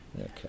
Okay